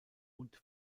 und